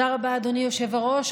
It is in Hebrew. תודה רבה, אדוני היושב-ראש.